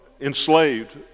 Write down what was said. enslaved